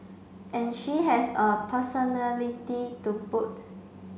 and she has a personality to boot